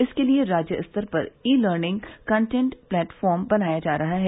इसके लिए राज्य स्तर पर ई लर्निग कंटेंट प्लेटफार्म बनाया जा रहा है